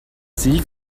sieg